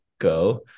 go